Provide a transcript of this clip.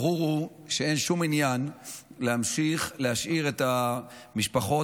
ברור שאין שום עניין להמשיך להשאיר את המשפחות